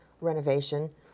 renovation